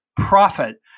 profit